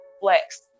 flex